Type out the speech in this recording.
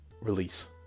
release